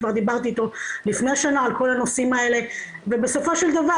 כבר דיברתי אתו לפני שנה על כל הנושאים האלה ובסופו של דבר,